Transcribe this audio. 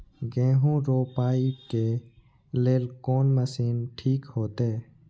गेहूं रोपाई के लेल कोन मशीन ठीक होते?